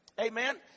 Amen